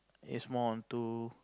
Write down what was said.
is more onto